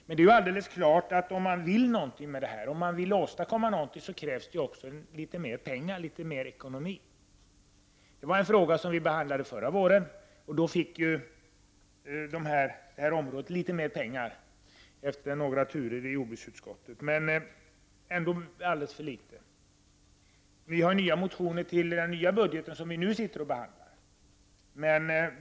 Det är alldeles klart att om vi vill åstadkomma någonting krävs litet mera pengar, litet mera ekonomiska resurser. Men penningfrågan behandlade vi i våras, och då avsattes pengar för dessa områden efter några turer i jordbruksutskottet. Ändå var det alldeles för litet. Nu har vi väckt nya motioner med anledning av det budgetförslag som nu behandlas.